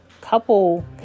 couple